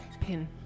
Pin